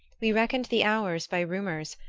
we reckoned the hours by rumors,